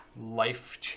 Life